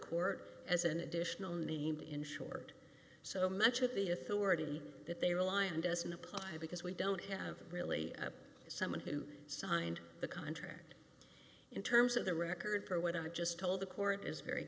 court as an additional named insured so much of the authority that they rely on doesn't apply because we don't have really someone who signed the contract in terms of the record per what i've just told the court is very